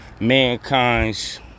mankind's